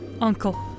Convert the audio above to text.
Uncle